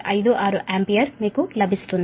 56 ampere మీకు లభిస్తుంది